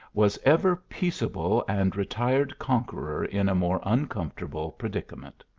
was ever peaceable and retired conqueror in a more uncomfortable predica ment!